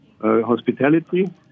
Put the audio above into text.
hospitality